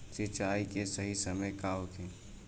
सिंचाई के सही समय का होखे?